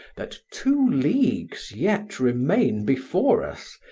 that two leagues yet remain before us?